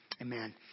amen